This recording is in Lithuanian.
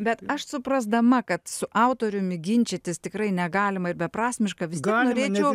bet aš suprasdama kad su autoriumi ginčytis tikrai negalima ir beprasmiška vis tiek norėčiau